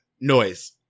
Noise